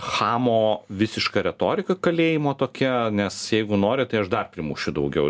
chamo visiška retorika kalėjimo tokia nes jeigu nori tai aš dar primušiu daugiau